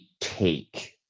take